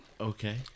Okay